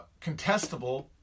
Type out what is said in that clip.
contestable